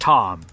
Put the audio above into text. Tom